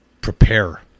prepare